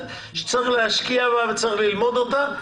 שצריך להשקיע בה וצריך ללמוד אותה.